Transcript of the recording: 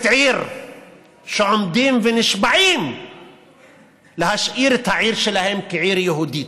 עיר שעומדים ונשבעים להשאיר את העיר שלהם יהודית.